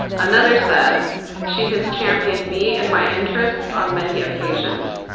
another says she has championed me and my interest on many occasions.